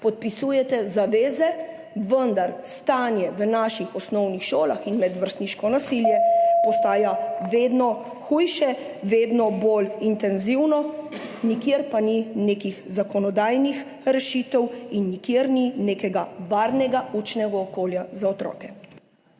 Podpisujete zaveze, vendar stanje v naših osnovnih šolah in medvrstniško nasilje postaja vedno hujše, vedno bolj intenzivno, nikjer pa ni nekih zakonodajnih rešitev in nikjer ni nekega varnega učnega okolja za otroke.